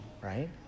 right